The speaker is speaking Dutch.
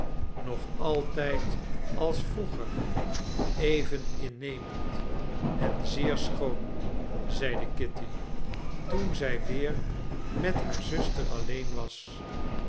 nog altijd als vroeger even innemend en zeer schoon zeide kitty toen zij weer met haar zuster alleen was